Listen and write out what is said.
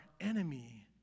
enemy